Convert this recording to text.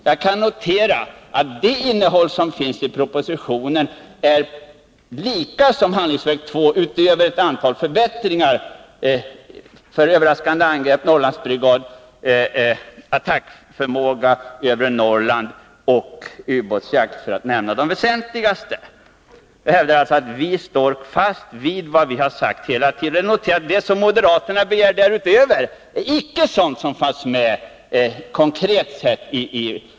Jag kan notera att det innehåll som anges i propositionen överensstämmer med handlingsväg 2 men omfattar därutöver ett antal förbättringar, t.ex. för överraskande angrepp, ytterligare en Norrlandsbrigad, attackbeväpning för övre Norrland och ubåtsjakt för att nämna de väsentligaste. Vi står emellertid fast vid vad vi har sagt hela tiden. Det som moderaterna begär går därutöver och fanns icke konkret redovisat i samband med utredningen.